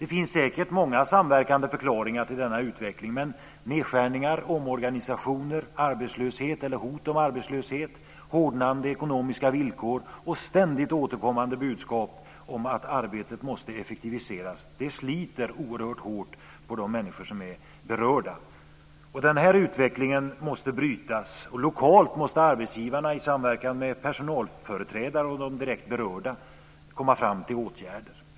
Det finns säkert många samverkande förklaringar till denna utveckling, men nedskärningar, omorganisationer, arbetslöshet eller hot om arbetslöshet, hårdnande ekonomiska villkor och ständigt återkommande budskap om att arbetet måste effektiviseras sliter oerhört hårt på de människor som är berörda. Denna utveckling måste brytas, och lokalt måste arbetsgivarna i samverkan med personalföreträdare och de direkt berörda komma fram till åtgärder.